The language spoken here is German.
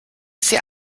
sie